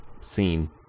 scene